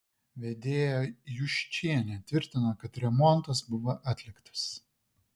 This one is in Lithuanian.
vedėja juščienė tvirtino kad remontas buvo atliktas